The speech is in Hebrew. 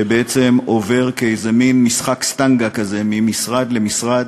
שבעצם עובר כאיזה מין משחק סטנגה כזה ממשרד למשרד.